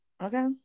Okay